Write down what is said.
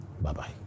Bye-bye